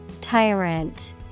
Tyrant